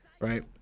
right